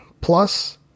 Plus